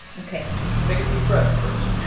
ok take a deep breath first.